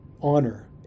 honor